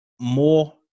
more